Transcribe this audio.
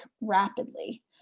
rapidly